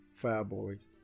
Fireboy